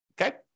okay